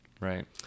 Right